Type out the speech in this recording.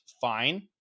fine